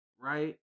right